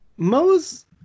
Moe's